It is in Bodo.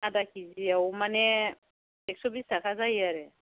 आदा किजियाव माने एख्स' बिस थाखा जायो आरो